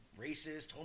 racist